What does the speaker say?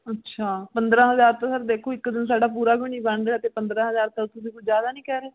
ਅੱਛਾ ਪੰਦਰਾਂ ਹਜ਼ਾਰ ਤਾਂ ਸਰ ਦੇਖੋ ਇੱਕ ਦਿਨ ਸਾਡਾ ਪੂਰਾ ਵੀ ਨਹੀਂ ਬਣ ਰਿਹਾ ਅਤੇ ਪੰਦਰਾਂ ਹਜ਼ਾਰ ਤਾਂ ਤੁਸੀਂ ਕੁਛ ਜ਼ਿਆਦਾ ਨਹੀਂ ਕਹਿ ਰਹੇ